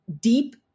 deep